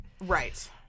right